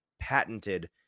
patented